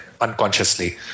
unconsciously